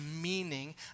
meaning